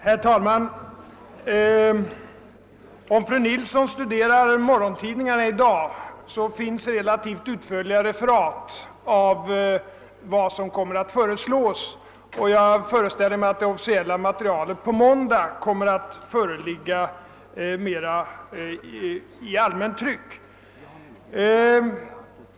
Herr talman! Om fru Nilsson studerar morgontidningarna i dag, finner hon där relativt utförliga referat av vad som kommer att föreslås, och jag föreställer mig att det officiella materialet kommer att föreligga i tryck på måndag.